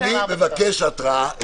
אני מבקש התראה.